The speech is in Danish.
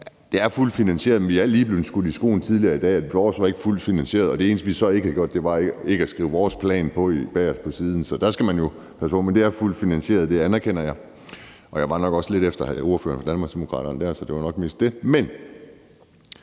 det er fuldt finansieret, men vi er lige blevet skudt i skoene tidligere i dag, at vores forslag ikke var fuldt finansieret. Det eneste, vi så ikke havde gjort, var at skrive vores plan på bagerst på siden. Der skal man jo passe på. Det anerkender jeg, men det er fuldt finansieret. Jeg var nok også lidt efter ordføreren fra Danmarksdemokraterne, så det var nok mest det. Men